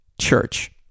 church